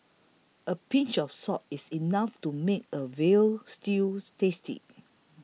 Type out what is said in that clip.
a pinch of salt is enough to make a Veal Stews tasty